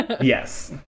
Yes